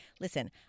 listen